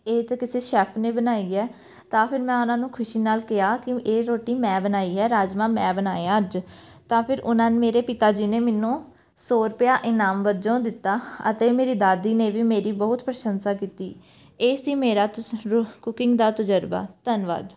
ਇਹ ਤਾਂ ਕਿਸੇ ਸ਼ੈਫ ਨੇ ਬਣਾਈ ਹੈ ਤਾਂ ਫਿਰ ਮੈਂ ਉਹਨਾਂ ਨੂੰ ਖੁਸ਼ੀ ਨਾਲ ਕਿਹਾ ਕਿ ਇਹ ਰੋਟੀ ਮੈਂ ਬਣਾਈ ਹੈ ਰਾਜਮਾਂਹ ਮੈਂ ਬਣਾਏ ਆ ਅੱਜ ਤਾਂ ਫਿਰ ਉਹਨਾਂ ਨੇ ਮੇਰੇ ਪਿਤਾ ਜੀ ਨੇ ਮੈਨੂੰ ਸੌ ਰੁਪਇਆ ਇਨਾਮ ਵਜੋਂ ਦਿੱਤਾ ਅਤੇ ਮੇਰੀ ਦਾਦੀ ਨੇ ਵੀ ਮੇਰੀ ਬਹੁਤ ਪ੍ਰਸ਼ੰਸਾ ਕੀਤੀ ਇਹ ਸੀ ਮੇਰਾ ਤੁਸ ਕੁਕਿੰਗ ਦਾ ਤਜਰਬਾ ਧੰਨਵਾਦ